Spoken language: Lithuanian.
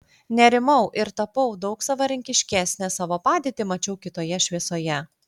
nurimau ir tapau daug savarankiškesnė savo padėtį mačiau kitoje šviesoje